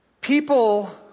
People